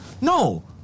No